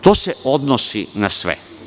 To se odnosi na sve.